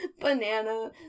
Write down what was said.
banana